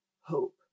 hope